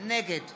נגד